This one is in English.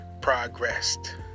progressed